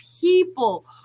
people